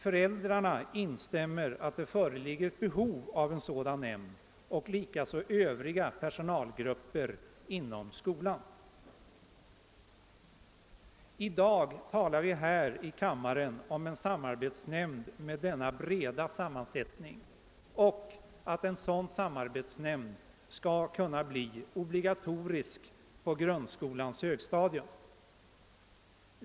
Föräldrarna instämmer i att det föreligger behov av en sådan nämnd, vilket även övriga personalgrupper gör. I dag talar vi här i kammaren om en samarbetsnämnd med denna breda sammansättning och att en sådan samarbetsnämnd skall kunna bli obligatorisk på grundskolans högstadium.